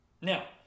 Now